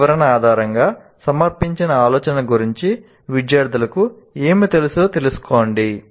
ఈ వివరణ ఆధారంగా సమర్పించిన ఆలోచన గురించి విద్యార్థులకు ఏమి తెలుసో తెలుసుకోండి